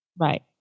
Right